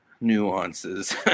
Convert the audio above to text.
nuances